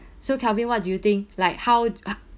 so kelvin what do you think like how uh